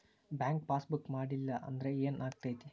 Bank passbook ಮಾಡಲಿಲ್ಲ ಅಂದ್ರೆ ಏನ್ ಆಗ್ತೈತಿ?